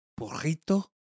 burrito